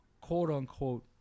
quote-unquote